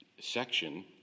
section